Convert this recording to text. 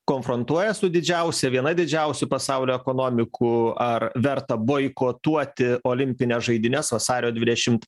konfrontuoja su didžiausia viena didžiausių pasaulio ekonomikų ar verta boikotuoti olimpines žaidynes vasario dvidešimt